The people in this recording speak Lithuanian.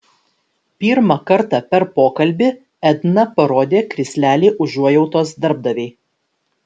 pirmą kartą per pokalbį edna parodė krislelį užuojautos darbdavei